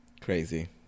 Crazy